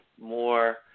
more